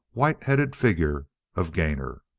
white-headed figure of gainor.